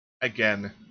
again